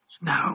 No